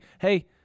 hey